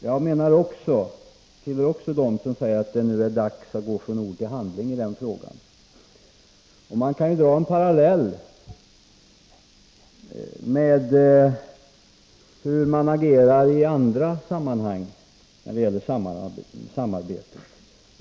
Jag tillhör också dem som anser att det nu är dags att gå från ord till handling i den frågan. Här kan dras en parallell med hur det fungerar i andra sammanhang när det gäller samarbete.